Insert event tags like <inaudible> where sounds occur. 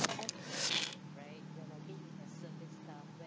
<noise>